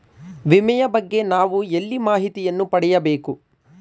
ವಿಮೆಯ ಬಗ್ಗೆ ನಾವು ಎಲ್ಲಿ ಮಾಹಿತಿಯನ್ನು ಪಡೆಯಬೇಕು?